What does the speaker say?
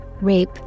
rape